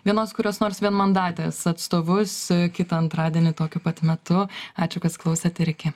vienos kurios nors vienmandatės atstovus kitą antradienį tokiu pat metu ačiū kas klausėt ir iki